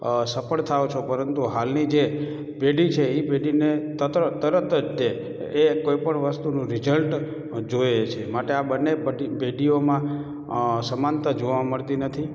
અ સફ્ળ થાઓ છો પરંતુ હાલની જે પેઢી છે એ પેઢીને તતર તરત જ તે એ કોઇપણ વસ્તુનું રીઝલ્ટ જોઇએ છે માટે આ બંને પઢી પેઢીઓમાં અં સમાનતા જોવા મળતી નથી